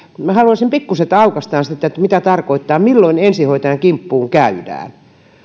ja haluaisin että pikkusen aukaistaan sitä että mitä tämä tarkoittaa milloin ensihoitajan kimppuun käydään